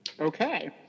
Okay